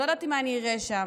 ולא ידעתי מה אראה שם.